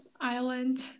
island